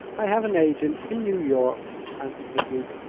i have an agent in new york, answered the duke,